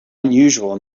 unusual